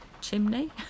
chimney